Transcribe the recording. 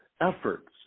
efforts